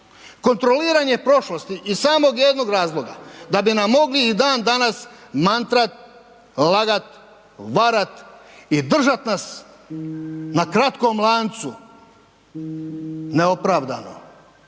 Kontroliranje prošlosti iz samo jednog razloga. Da bi nam mogli i dan danas mantrati, lagati, varati i držati nas na kratkom lancu. Neopravdano.